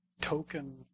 token